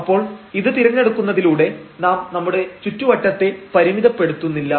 അപ്പോൾ ഇത് തിരഞ്ഞെടുക്കുന്നതിലൂടെ നാം നമ്മുടെ ചുറ്റുവട്ടത്തെ പരിമിതപ്പെടുത്തുന്നില്ല